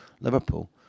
Liverpool